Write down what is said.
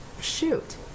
shoot